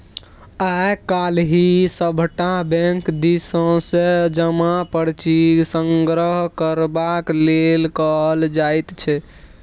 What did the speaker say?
आय काल्हि सभटा बैंक दिससँ जमा पर्ची संग्रह करबाक लेल कहल जाइत छै